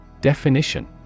Definition